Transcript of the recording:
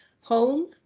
home